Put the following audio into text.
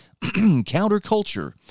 counterculture